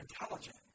intelligent